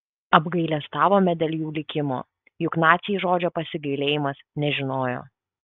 apgailestavome dėl jų likimo juk naciai žodžio pasigailėjimas nežinojo